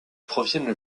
proviennent